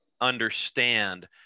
understand